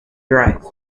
drive